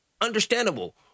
understandable